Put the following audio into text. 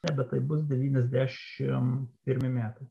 ne bet tai bus devyniasdešimt pirmi metai